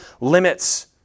limits